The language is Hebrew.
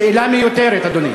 שאלה מיותרת, אדוני.